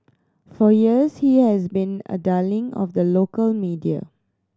for years he has been a darling of the local media